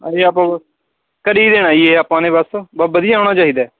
ਅਸੀਂ ਆਪਾਂ ਕਰ ਹੀ ਦੇਣਾ ਜੀ ਇਹ ਆਪਾਂ ਨੇ ਬਸ ਬ ਵਧੀਆ ਹੋਣਾ ਚਾਹੀਦਾ